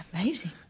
Amazing